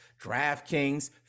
DraftKings